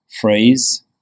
phrase